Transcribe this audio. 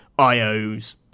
Io's